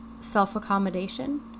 self-accommodation